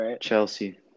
Chelsea